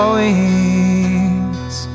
wings